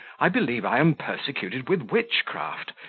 i believe i am persecuted with witchcraft,